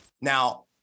Now